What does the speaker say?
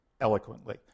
eloquently